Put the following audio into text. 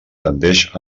tendeix